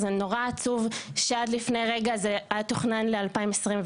זה נורא עצוב שעד לפני רגע זה תוכנן ל-2029